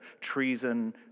treason